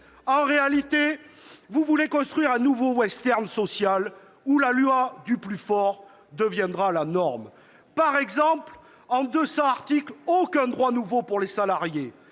En réalité, vous voulez créer un nouveau western social, où la loi du plus fort deviendra la norme. Par exemple, en deux cents articles, il n'y a aucun droit nouveau pour les salariés